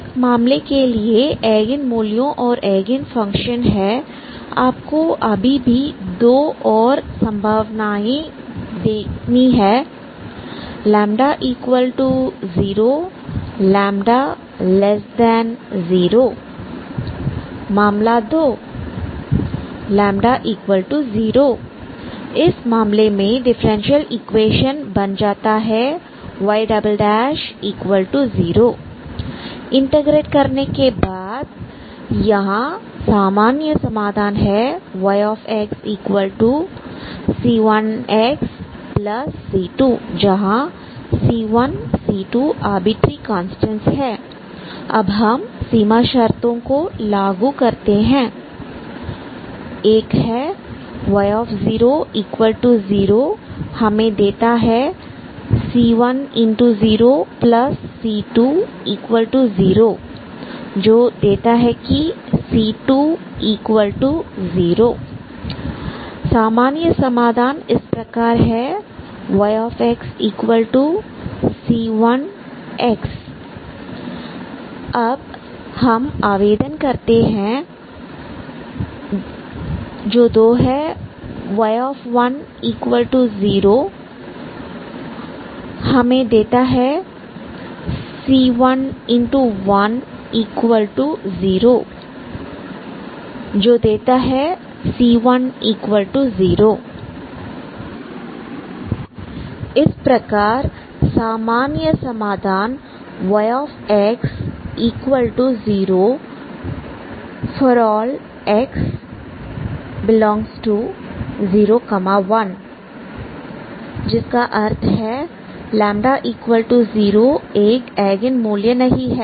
एक मामले के लिए एगेन मूल्यों और एगेन फंक्शनस है आपको अभी भी दो और संभावनाएं देखनी है λ0 λ0 मामला 2 λ0 इस मामले में डिफरेंशियल इक्वेशन बन जाता है y0 इंटीग्रेट करने के बाद यहां सामान्य समाधान है yxc1xc2 जहां c1 c2 आर्बिट्रेरी कांस्टेंट है अब हम सीमा शर्तों को लागू करते हैं i y00 हमें देता है c10c20 देता है कि c20 सामान्य समाधान इस प्रकार है yxc1x अब हम आवेदन करते हैं ii y10 हमें देता है c110 देता है कि c10 इस प्रकार सामान्य समाधान yx0 ∀ x∈01 है जिसका अर्थ है λ0 एक एगेन मूल्य नहीं है